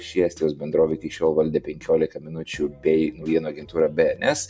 ši estijos bendrovė iki šiol valdė penkiolika minučių bei vieną agentūrą bns